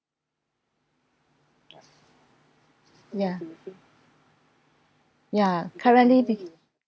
ya ya currently because